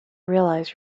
realize